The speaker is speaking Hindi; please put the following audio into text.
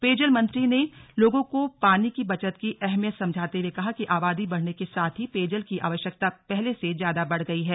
पेयजल मंत्री ने लोगों को पानी की बचत की अहमियत समझाते हुए कहा कि आबादी बढ़ने के साथ ही पेयजल की आवश्यकता पहले से ज्यादा बढ़ गई है